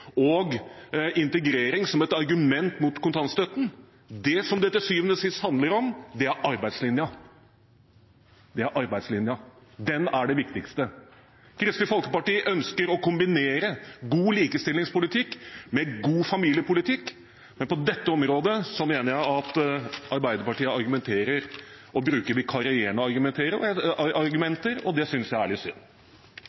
og integrering som argumenter mot kontantstøtten. Det dette til syvende og sist handler om, er arbeidslinjen. Arbeidslinjen er det viktigste. Kristelig Folkeparti ønsker å kombinere god likestillingspolitikk med god familiepolitikk. På dette området mener jeg at Arbeiderpartiet argumenterer og bruker vikarierende argumenter, og det synes jeg er litt synd. Senterpartiet er òg for kontantstøtte. Det var vårt forslag som fekk ho til berre å